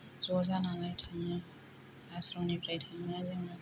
ज जानानै थाङो आस्रमनिफ्राय थाङो जोङो